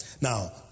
Now